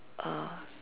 uh